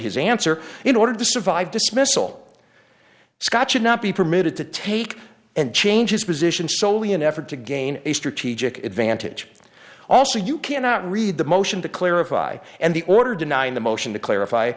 his answer in order to survive dismissal scott should not be permitted to take and change his position solely an effort to gain a strategic advantage also you cannot read the motion to clarify and the order denying the motion to clarify